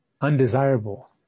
undesirable